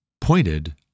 pointed